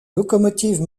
lokomotiv